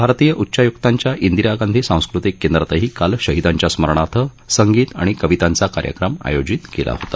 भारतीय उच्चायुक्तांच्या इंदिरा गांधी सांस्कृतिक केंद्रातही काल शहीदांच्या स्मरणार्थ संगीत आणि कवितांचा कार्यक्रम आयोजित केला होता